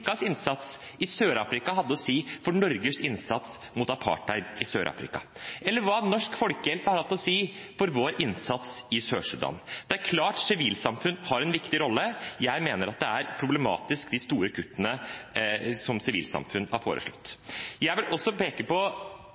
innsats i Sør-Afrika hadde å si for Norges innsats mot apartheid i Sør-Afrika, eller hva Norsk Folkehjelp har hatt å si for vår innsats i Sør-Sudan. Det er klart sivilsamfunn har en viktig rolle. Jeg mener det er problematisk med de store kuttene som sivilsamfunn har foreslått. Jeg vil også peke på